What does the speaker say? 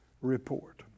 report